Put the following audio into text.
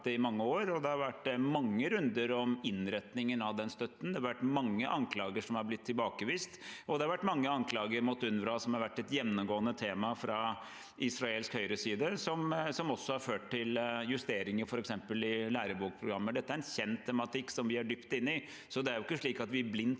i mange år. Det har vært mange runder om innretningen av den støtten. Det vært mange anklager som er blitt tilbakevist, og det har vært mange anklager mot UNRWA. Det har vært et gjennomgående tema fra israelsk høyreside, og det har også ført til justeringer, f.eks. i lærebokprogrammer. Dette er en kjent tematikk som vi er dypt inne i. Det er ikke slik at vi blindt